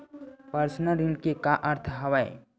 Personal ऋण के का अर्थ हवय?